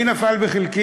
אני, נפל בחלקי